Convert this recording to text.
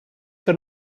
que